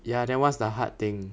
ya then what's the hard thing